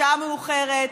השעה מאוחרת,